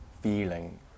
feeling